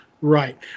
Right